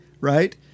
right